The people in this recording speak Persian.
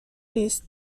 نیست